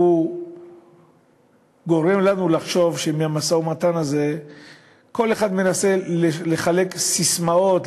גורם לנו לחשוב שמהמשא-ומתן הזה כל אחד מנסה לחלק ססמאות,